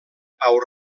pau